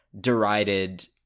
derided